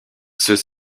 ceux